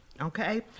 Okay